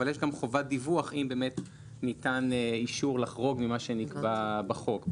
אבל יש גם חובת דיווח אם באמת ניתן אישור לחרוג ממה שנקבע בחוק,